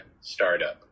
startup